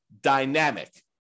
dynamic